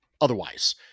otherwise